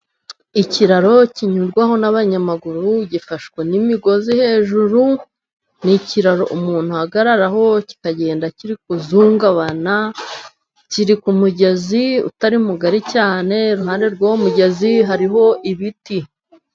Ikiraro kinyurwaho n'abanyamaguru, gifashwe n'imigozi hejuru, ni ikiraro umuntu ahagararaho, kikagenda kiri kuzungabana. Kiri ku mugezi utari mugari cyane. Iruhande rw'umugezi hariho ibiti.